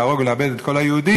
להרוג ולאבד את כל היהודים,